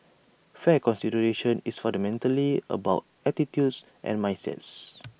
fair consideration is fundamentally about attitudes and mindsets